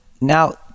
now